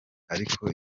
ariko